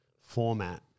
format